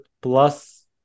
plus